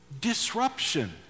disruption